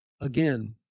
Again